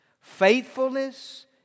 faithfulness